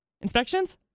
Inspections